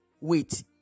Wait